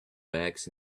bags